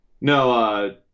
No